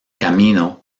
camino